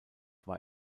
war